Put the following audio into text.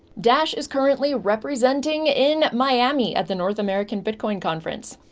dash is currently representing in miami at the north american bitcoin conference.